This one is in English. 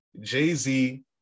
Jay-Z